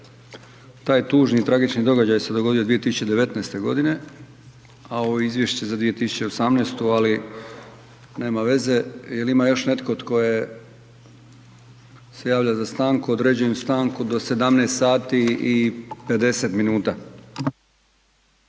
Taj tužni tragični događaj se dogodio 2019. godine, a ovo je izvješće za 2018., ali nema veze. Jel ima još netko tko se javlja za stanku? Određujem stanku do 17.50 sati.